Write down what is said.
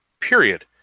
period